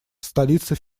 столица